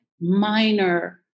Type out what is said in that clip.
minor